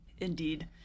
Indeed